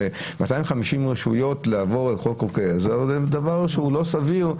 250 רשויות לעבור על כל חוקי העזר זה דבר שהוא לא סביר.